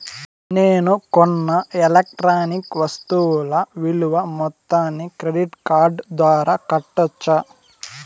నేను కొన్న ఎలక్ట్రానిక్ వస్తువుల విలువ మొత్తాన్ని క్రెడిట్ కార్డు ద్వారా కట్టొచ్చా?